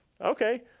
Okay